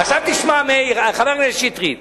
חבר הכנסת שטרית,